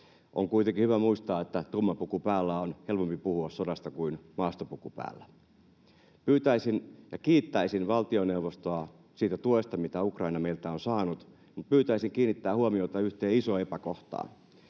On kuitenkin hyvä muistaa, että tumma puku päällä on helpompi puhua sodasta kuin maastopuku päällä. Kiittäisin valtioneuvostoa siitä tuesta, mitä Ukraina meiltä on saanut, mutta pyytäisin kiinnittämään huomiota yhteen isoon epäkohtaan.